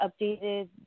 updated